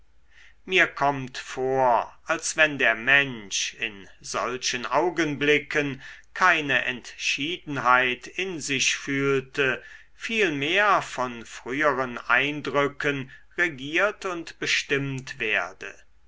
mir kommt vor als wenn der mensch in solchen augenblicken keine entschiedenheit in sich fühlte vielmehr von früheren eindrücken regiert und bestimmt werde